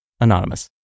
Anonymous